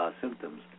symptoms